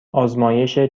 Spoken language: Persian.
آزمایش